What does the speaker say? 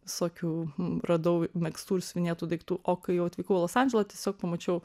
visokių radau megztų ir siuvinėtų daiktų o kai jau atvykau į los andželą tiesiog pamačiau